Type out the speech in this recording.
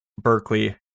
berkeley